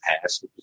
past